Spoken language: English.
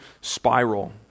spiral